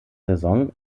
saison